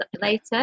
later